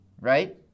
right